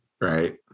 right